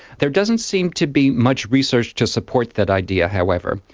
there doesn't seem to be much research to support that idea however.